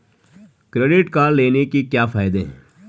Credit card लेने के क्या फायदे हैं?